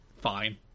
fine